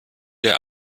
der